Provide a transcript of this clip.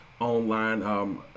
online